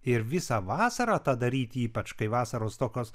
ir visą vasarą tą daryti ypač kai vasaros tokios